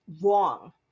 wrong